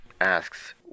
asks